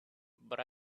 but